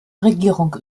regierung